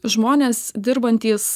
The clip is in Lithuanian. žmonės dirbantys